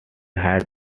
had